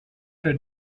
der